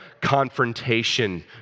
confrontation